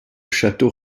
château